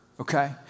okay